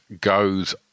goes